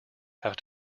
have